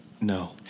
No